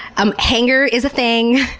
um hanger is a thing,